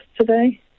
today